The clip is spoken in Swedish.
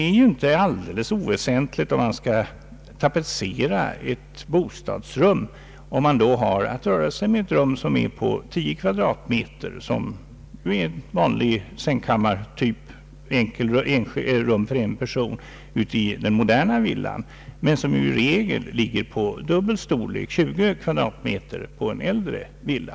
Om man skall tapetsera ett bostadsrum är det inte helt oväsentligt huruvida man har ait röra sig med ett rum på tio kvadratmeter — vilket är en vanlig typ av rum för en person i moderna villor — eller med ett rum med den dubbla storleken 20 kvadratmeter, vilket är vanligt i äldre villor.